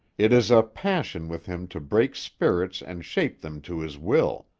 it is a passion with him to break spirits and shape them to his will.